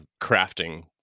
crafting